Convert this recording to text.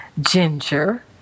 ginger